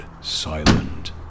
silent